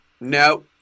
no